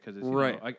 right